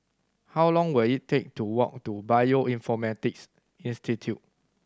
how long will it take to walk to Bioinformatics Institute